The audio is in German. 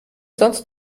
sonst